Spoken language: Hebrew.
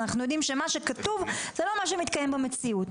אנחנו יודעים שמה שכתוב זה לא מה שמתקיים במציאות.